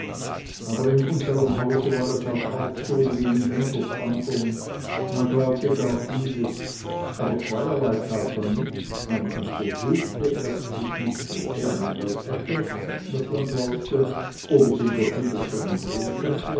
aber in unserm hause war es halt auch so wie in hundert andern man glaubte gar vieles aber zweierlei tat man nicht man untersuchte erstlich nicht woher man das hätte was man glaubte ob es in der bibel seinen grund hätte